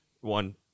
One